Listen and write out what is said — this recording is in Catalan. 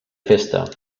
festa